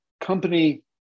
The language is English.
company